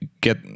get